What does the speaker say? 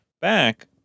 back